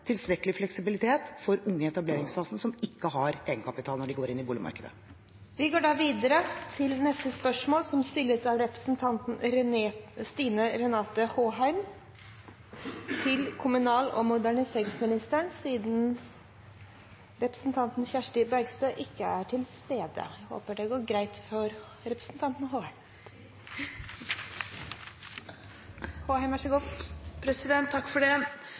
tilstrekkelig fleksibilitet for unge i etableringsfasen som ikke har egenkapital når de går inn i boligmarkedet. Vi går da til spørsmål 4, fra representanten Stine Renate Håheim til kommunal- og moderniseringsministeren, da spørsmålsstilleren i spørsmål 3, representanten Kirsti Bergstø, ikke er til stede.